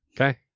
Okay